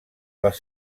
les